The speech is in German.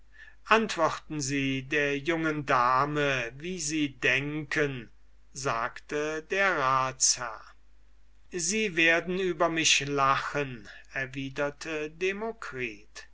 antworten sie der jungen dame wie sie denken sagte der ratsherr sie werden über mich lachen